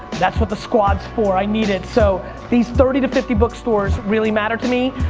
that's what the squad's for, i need it. so, these thirty to fifty book stores really matter to me.